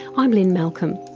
i'm lynne malcolm,